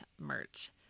merch